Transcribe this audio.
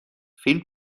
فیلم